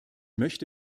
möchte